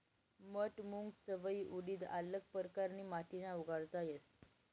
मठ, मूंग, चवयी, उडीद आल्लग परकारनी माटीमा उगाडता येस